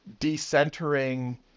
decentering